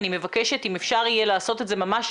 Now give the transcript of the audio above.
אני מבקשת אם אפשר יהיה לעשות את זה ממש